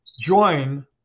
join